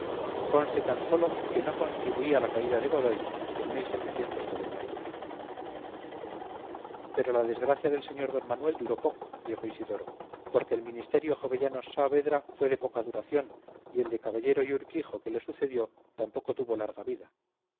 conste tan sólo que no contribuí a la caída de godoy en pero la desgracia del sr d manuel duró poco dijo isidoro porque el ministerio jovellanos saavedra fue de poca duración y el de caballero y urquijo que le sucedió tampoco tuvo larga vida